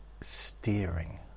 steering